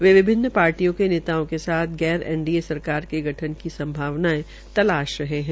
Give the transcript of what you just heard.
वे विभिन्न पार्टियों के नेताओं के साथ गैर एनडीए के गठन की संभावनायें तलाश रहे है